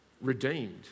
redeemed